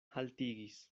haltigis